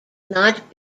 not